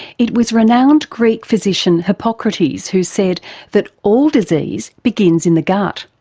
it was renowned greek physician hippocrates who said that all disease begins in the gut.